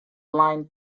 line